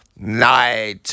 Night